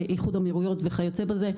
איחוד אמירויות וכיוצא בזה,